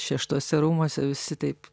šeštuose rūmuose visi taip